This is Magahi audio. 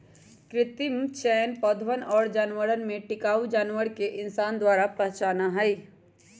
कृत्रिम चयन पौधवन और जानवरवन में टिकाऊ व्यवहार के इंसान द्वारा पहचाना हई